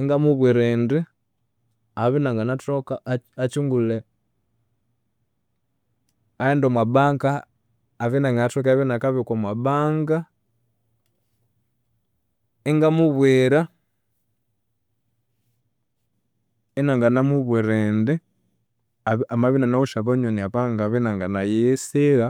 ingamubwira indi amabya inanginathoka akyungulhe, aghende omwa banka abye inangathoka eribya inakabika omwa banka, ingamubwira inaginamubwira indi amabya inanawithe abanywani abangabya inanginayisigha,